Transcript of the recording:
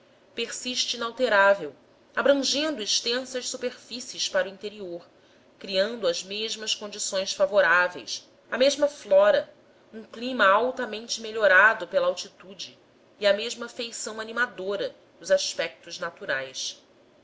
persiste inalterável abrangendo extensas superfícies para o interior criando as mesmas condições favoráveis a mesma flora um clima altamente melhorado pela altitude e a mesma feição animadora dos aspectos naturais